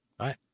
Right